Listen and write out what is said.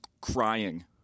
crying